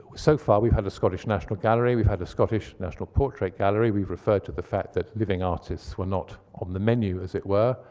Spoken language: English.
so far we've had the scottish national gallery. we've had the scottish national portrait gallery. we've referred to the fact that living artists were not on the menu, as it were.